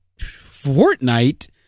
Fortnite